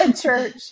church